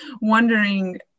wondering